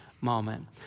moment